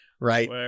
right